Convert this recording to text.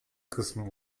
kısmı